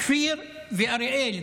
כפיר ואריאל,